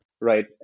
right